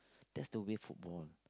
that's the way football